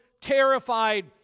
terrified